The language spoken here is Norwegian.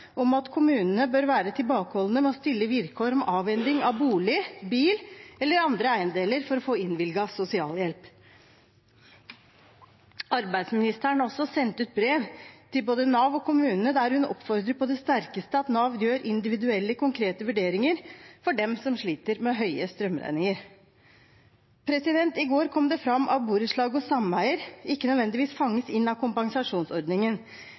om at kommunene bør være tilbakeholdende med å stille vilkår om avhending av bolig, bil eller andre eiendeler for å få innvilget sosialhjelp. Arbeidsministeren sendte også ut brev til både Nav og kommunene der hun oppfordrer på det sterkeste til at Nav gjør individuelle konkrete vurderinger for dem som sliter med høye strømregninger. I går kom det fram at borettslag og sameier ikke nødvendigvis fanges opp av kompensasjonsordningen.